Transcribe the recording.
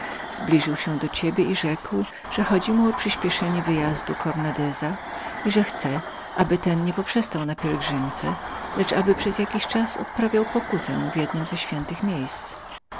zbliżył się do ciebie i rzekł że szło mu o przyspieszenie wyjazdu cornandeza i że chce aby ten nie poprzestał na pielgrzymce lecz aby przez jakiś czas odpokutował w jednem ze świętych miejsc